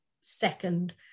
second